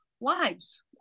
lives